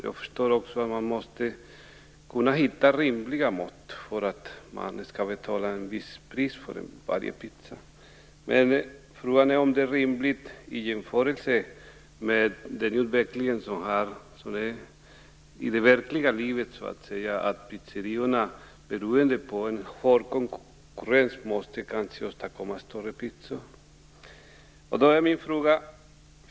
Jag förstår också att man måste hitta rimliga mått för att fastställa priset för varje pizza. Men frågan är om det är rimligt i jämförelse med den utveckling som skett i det verkliga livet. Pizzeriorna måste kanske, beroende på en hård konkurrens, åstadkomma större pizzor.